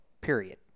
Period